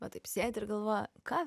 va taip sėdi ir galvoja ką